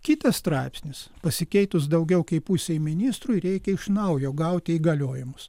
kitas straipsnis pasikeitus daugiau kaip pusei ministrų reikia iš naujo gauti įgaliojimus